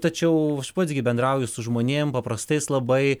tačiau pats gi bendrauju su žmonėms paprastais labai